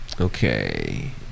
okay